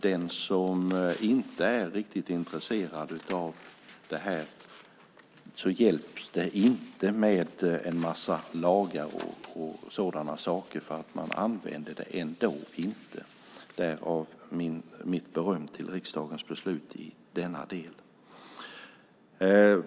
För den som inte är riktigt intresserad av det här hjälper det inte med en massa lagar och sådana saker. Man använder dem ändå inte - därav mitt beröm till riksdagens beslut i denna del.